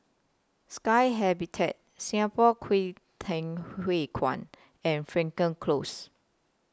Sky Habitat Singapore Kwangtung Hui Kuan and Frankel Close